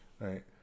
Right